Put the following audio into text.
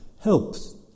helps